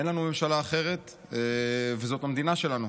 אין לנו ממשלה אחרת וזאת המדינה שלנו.